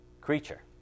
creature